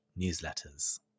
newsletters